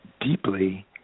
deeply